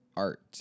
art